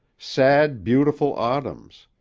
sad beautiful autumns,